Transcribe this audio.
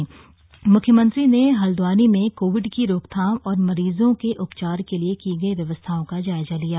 CM press मुख्यमंत्री ने हल्द्वानी में कोविड की रोकथाम और मरीजों के उपचार के लिए की गई व्यवस्थाओं का जायजा लिया